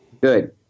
Good